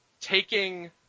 taking